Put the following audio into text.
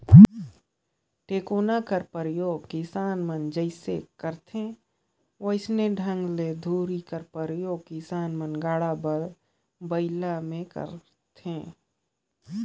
टेकोना कर परियोग किसान मन जइसे करथे वइसने ढंग ले धूरी कर परियोग किसान मन गाड़ा बइला मे करथे